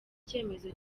icyemezo